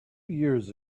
years